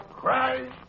Christ